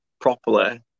properly